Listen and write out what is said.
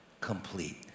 complete